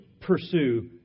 pursue